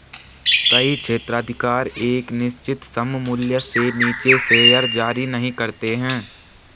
कई क्षेत्राधिकार एक निश्चित सममूल्य से नीचे शेयर जारी नहीं करते हैं